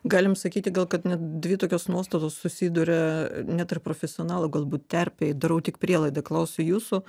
galim sakyti gal kad net dvi tokios nuostatos susiduria net ir profesionalų galbūt terpėj darau tik prielaidą klausiu jūsų